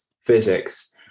physics